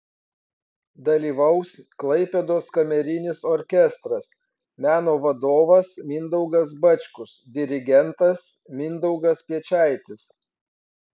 dalyvaus klaipėdos kamerinis orkestras meno vadovas mindaugas bačkus dirigentas mindaugas piečaitis